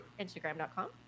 instagram.com